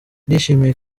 ndishimye